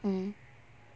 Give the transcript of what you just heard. mm